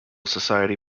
society